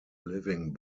living